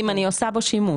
אם אני עושה בו שימוש.